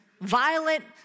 violent